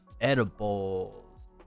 Edibles